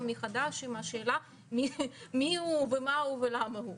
מחדש עם השאלה מי הוא ומה הוא ולמה הוא.